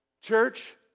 church